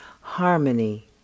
harmony